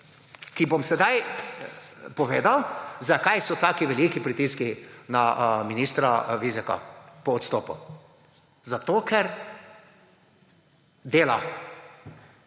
bom sedaj povedal, zakaj so taki veliki pritiski na ministra Vizjaka po odstopu. Zato, ker dela